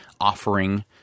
offering